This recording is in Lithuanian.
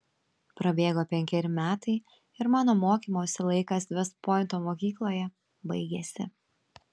prabėgo penkeri metai ir mano mokymosi laikas vest pointo mokykloje baigėsi